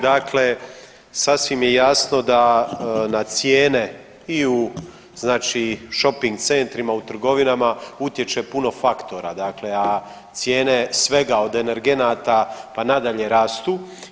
Dakle, sasvim je jasno da na cijene i u znači shoping centrima, u trgovinama utječe puno faktora, a cijene svega od energenata, pa nadalje rastu.